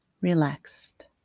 relaxed